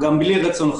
גם בלי רצונו,